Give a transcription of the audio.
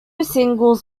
singles